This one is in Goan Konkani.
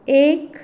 एक